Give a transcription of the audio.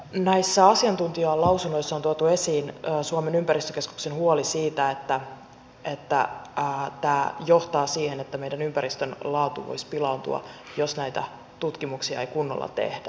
näissä asiantuntijalausunnoissa on tuotu esiin suomen ympäristökeskuksen huoli siitä että tämä johtaa siihen että meidän ympäristön laatu voisi pilaantua jos näitä tutkimuksia ei kunnolla tehdä